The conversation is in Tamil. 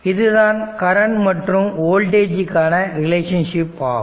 இதுதான் கரண்ட் மற்றும் வோல்டேஜ்கான ரிலேஷன்ஷிப் ஆகும்